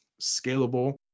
scalable